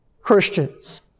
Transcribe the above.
Christians